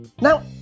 Now